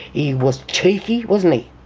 he was cheeky, wasn't he,